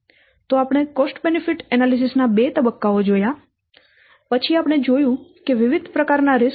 તો આપણે cost benefit analysis ના બે તબક્કાઓ જોયા પછી આપણે જોયું કે વિવિધ પ્રકારના જોખમો શું છે